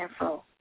info